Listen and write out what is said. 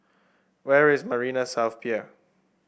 where is Marina South Pier